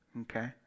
okay